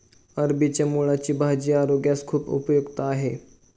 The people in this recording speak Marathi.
अरबीच्या मुळांची भाजी आरोग्यास खूप उपयुक्त आहे